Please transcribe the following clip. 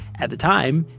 at the time,